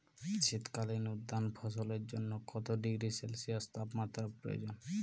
শীত কালীন উদ্যান ফসলের জন্য কত ডিগ্রী সেলসিয়াস তাপমাত্রা প্রয়োজন?